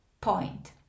point